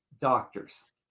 doctors